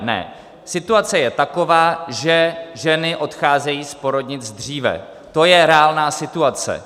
Ne, situace je taková, že ženy odcházejí z porodnic dříve, to je reálná situace.